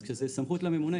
אז כשזאת סמכות לממונה,